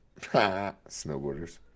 snowboarders